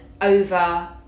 over